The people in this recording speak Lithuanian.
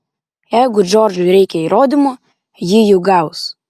jeigu džordžui reikia įrodymų ji jų gaus